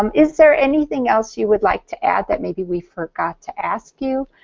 um is there anything else you would like to add that maybe we forgot to ask you,